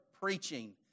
preaching